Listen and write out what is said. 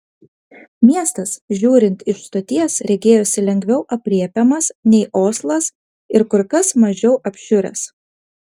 miestas žiūrint iš stoties regėjosi lengviau aprėpiamas nei oslas ir kur kas mažiau apšiuręs